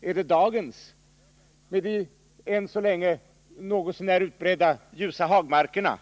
Är det dagens med de än så länge något så när utbredda ljusa hagmarkerna,